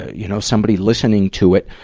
you know, somebody listening to it,